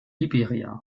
liberia